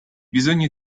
bisogno